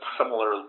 similar